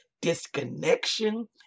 disconnection